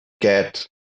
get